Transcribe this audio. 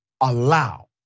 allow